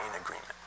agreement